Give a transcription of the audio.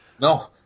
No